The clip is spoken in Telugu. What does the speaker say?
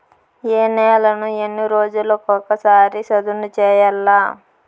ఏ నేలను ఎన్ని రోజులకొక సారి సదును చేయల్ల?